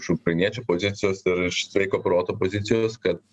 iš ukrainiečių pozicijos ir iš sveiko proto pozicijos kad